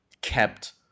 kept